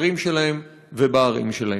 בכפרים שלהם ובערים שלהם.